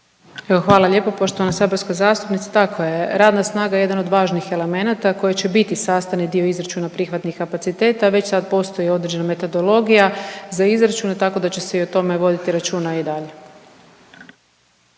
hvala lijepo poštovana saborska zastupnice, tako je, radna snaga je jedan od važnih elemenata koji će biti sastavni dio izračuna prihvatnih kapaciteta, već sad postoji određena metodologija za izračun, tako da će se i o tome voditi računa i dalje.